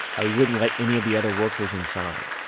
he wouldn't let any of the other workers inside